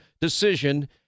decision